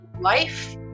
life